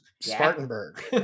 Spartanburg